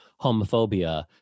homophobia